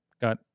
got